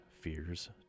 Fears